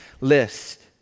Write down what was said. list